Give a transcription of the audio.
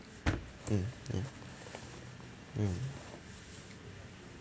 mm ya mm